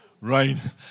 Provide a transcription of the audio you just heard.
Rain